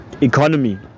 economy